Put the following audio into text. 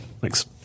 Thanks